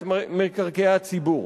את מקרקעי הציבור,